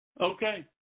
Okay